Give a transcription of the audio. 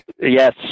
Yes